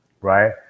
right